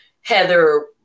Heather